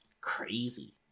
Crazy